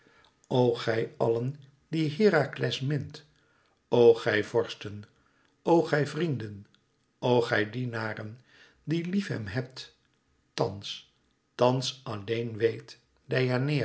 o gij allen die herakles mint o gij vorsten o gij vrienden o gij dienaren die lief hem hebt thans thans alleen weet